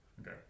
Okay